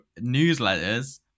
newsletters